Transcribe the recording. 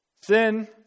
Sin